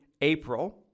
April